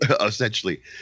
Essentially